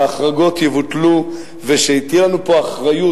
שההחרגות יבוטלו ושתהיה לנו פה אחריות.